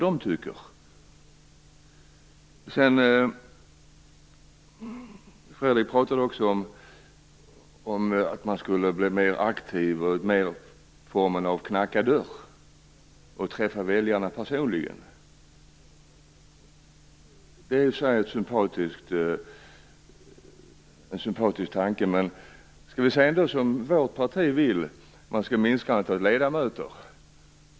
Fredrik Reinfeldt pratade också om att man skulle blir mer aktiv och om att man skulle knacka dörr och träffa väljarna personligen. Det är i och för sig en sympatisk tanke. Men vårt parti vill att man skall minska antalet ledamöter.